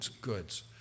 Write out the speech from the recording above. Goods